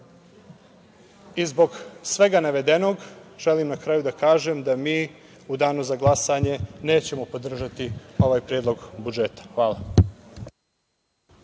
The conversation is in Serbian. svega navedenog, želim na kraju da kažem da mi u Danu za glasanje nećemo podržati ovaj predlog budžeta. Hvala.